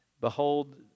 Behold